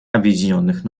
объединенных